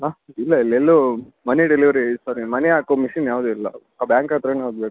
ಹಾಂ ಇಲ್ಲ ಇಲ್ಲಿ ಎಲ್ಲೂ ಮನಿ ಡೆಲಿವರಿ ಸಾರಿ ಮನಿ ಹಾಕೋ ಮಷೀನ್ ಯಾವುದು ಇಲ್ಲ ಬ್ಯಾಂಕ್ ಹತ್ತಿರಾನೇ ಹೋಗ್ಬೇಕು